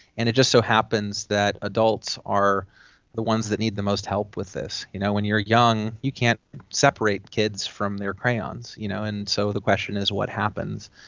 and it just so happens that adults are the ones that need the most help with this. you know when you are young you can't separate kids from their crayons. you know and so the question is what happens.